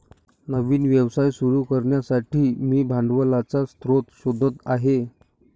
नवीन व्यवसाय सुरू करण्यासाठी मी भांडवलाचा स्रोत शोधत आहे